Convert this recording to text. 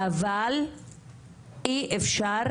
אבל אי אפשר